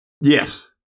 Yes